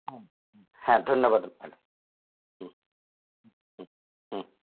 হুম হুম হ্যাঁ ধন্যবাদ ম্যাডাম হুম হুম হুম